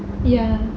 ya